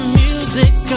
music